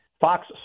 Fox